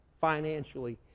financially